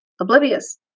oblivious